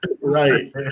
right